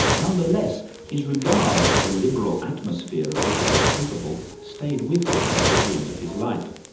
nonetheless, his regard for the liberal atmosphere of which it was capable stayed with him until the end of his life.